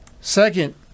Second